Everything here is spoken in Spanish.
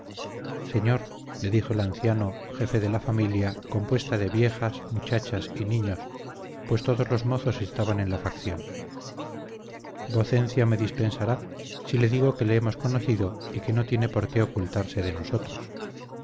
señor le dijo el anciano jefe de la familia compuesta de viejas muchachas y niños pues todos los mozos estaban en la facción vocencia me dispensará si le digo que le hemos conocido y que no tiene por qué ocultarse de nosotros